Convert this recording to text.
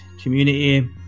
community